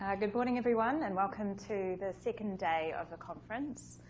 ah good morning, everyone. and welcome to the second day of the conference.